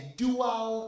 dual